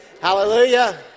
Hallelujah